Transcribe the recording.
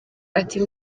ati